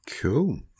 Cool